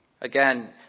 Again